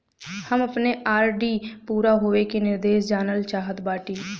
हम अपने आर.डी पूरा होवे के निर्देश जानल चाहत बाटी